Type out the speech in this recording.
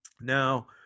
Now